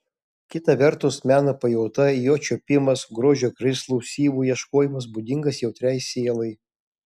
kita vertus meno pajauta jo čiuopimas grožio krislų syvų ieškojimas būdingas jautriai sielai